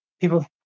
people